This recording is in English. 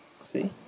See